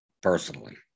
personally